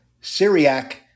Syriac